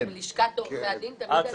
לשכת עורכי הדין תמיד היו אימה.